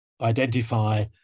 identify